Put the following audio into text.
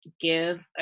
give